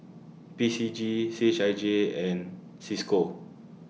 P C G C H I J and CISCO